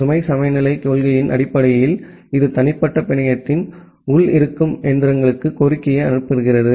சுமை சமநிலை கொள்கையின் அடிப்படையில் இது தனிப்பட்ட பிணையத்தின் உள் இருக்கும் எந்திரங்களுக்கு கோரிக்கையை அனுப்புகிறது